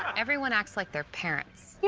everyone acts like their parents. yeah